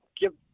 give